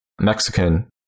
Mexican